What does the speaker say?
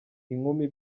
inkumi